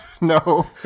No